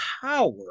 power